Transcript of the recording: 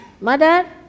Mother